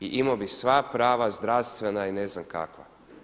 I imao bi sva prava zdravstvena i ne znam kakva.